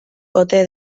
ote